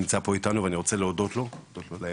הוא נמצא פה איתנו ואני רוצה להודות לו על האמון,